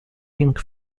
pink